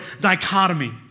dichotomy